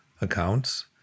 accounts